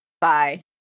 Bye